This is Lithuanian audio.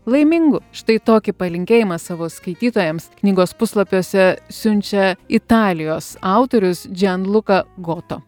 laimingu štai tokį palinkėjimą savo skaitytojams knygos puslapiuose siunčia italijos autorius džianluka goto